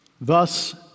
thus